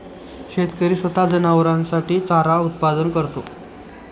शेतकरी स्वतः जनावरांसाठी चारा उत्पादन करतो